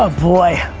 ah boy.